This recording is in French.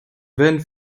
vaines